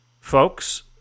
Folks